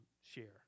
share